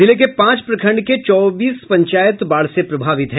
जिले के पांच प्रखंड के चौबीस पंचायत बाढ़ से प्रभावित है